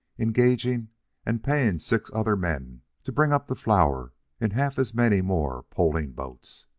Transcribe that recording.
engaging and paying six other men to bring up the flour in half as many more poling-boats.